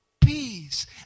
peace